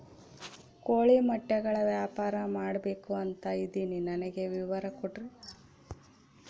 ಕೋಳಿ ಮೊಟ್ಟೆಗಳ ವ್ಯಾಪಾರ ಮಾಡ್ಬೇಕು ಅಂತ ಇದಿನಿ ನನಗೆ ವಿವರ ಕೊಡ್ರಿ?